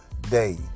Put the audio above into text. day